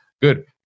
good